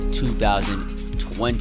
2020